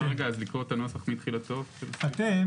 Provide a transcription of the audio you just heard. אתם,